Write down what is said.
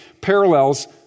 parallels